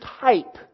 type